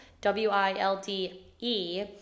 w-i-l-d-e